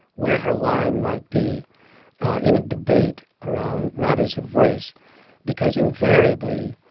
where her line might be in a debate around matters of race because invariably,